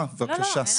אה, בבקשה.